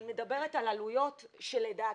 אני מדברת על עלויות שלדעתי,